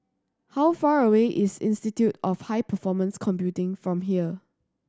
how far away is Institute of High Performance Computing from here